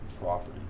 property